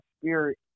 spirit